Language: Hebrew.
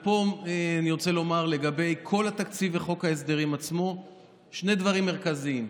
פה אני רוצה לומר לגבי כל התקציב וחוק ההסדרים עצמו שני דברים מרכזיים: